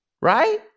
right